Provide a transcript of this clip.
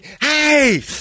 hey